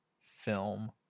film